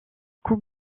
coupe